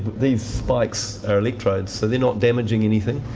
these spikes are electrodes, so they're not damaging anything.